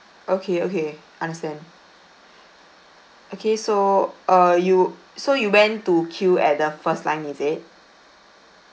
okay okay understand okay so err you so you went to queue at the first line is it